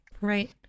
Right